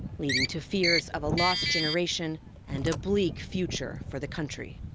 leading to fears of a lost generation and a bleak future for the country.